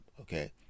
okay